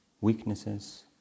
weaknesses